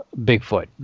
Bigfoot